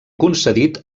concedit